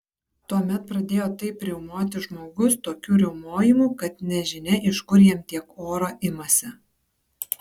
tuomet pradėjo taip riaumoti žmogus tokiu riaumojimu kad nežinia iš kur jam tiek oro imasi